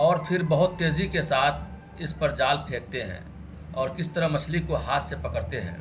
اور پھر بہت تیزی کے ساتھ اس پر جال پھیکتے ہیں اور کس طرح مچھلی کو ہاتھ سے پکڑتے ہیں